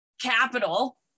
capital